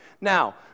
Now